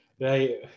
Right